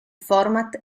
format